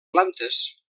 plantes